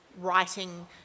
writing